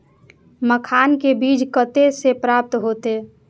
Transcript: मखान के बीज कते से प्राप्त हैते?